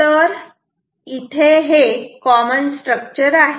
तर हे common structure आहे